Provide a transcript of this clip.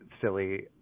silly